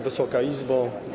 Wysoka Izbo!